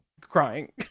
crying